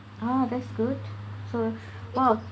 oh that's good so !wow!